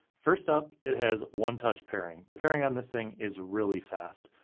first up, it has one-touch pairing. the pairing on this thing is really fast.